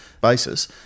basis